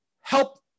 help